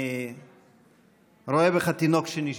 אני רואה בך תינוק שנשבה,